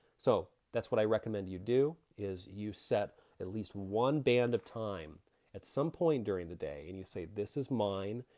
so that's what i recommend you do, is you set at least one band of time at some point during the day and you say this is mine.